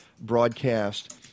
broadcast